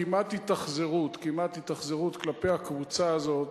כמעט התאכזרות כלפי הקבוצה הזאת,